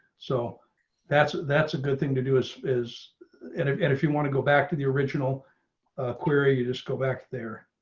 so that's that's a good thing to do is, is and if and if you want to go back to the original query. just go back there.